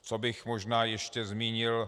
Co bych možná ještě zmínil.